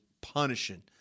punishing